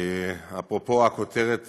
אפרופו הכותרת